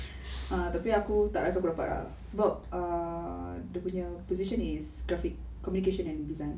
ah tapi aku tak rasa aku dapat ah sebab err dia punya position is graphic communication and design